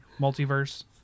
Multiverse